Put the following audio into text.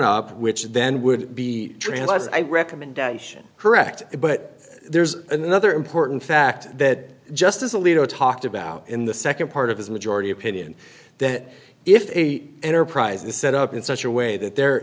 up which then would be trained as i recommendation correct but there's another important fact that justice alito talked about in the second part of his majority opinion that if the enterprise is set up in such a way that there